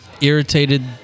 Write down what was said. irritated